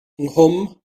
nghwm